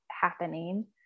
happening